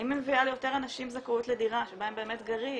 האם היא מביאה ליותר אנשים עם זכאות לדירה שבה הם באמת גרים,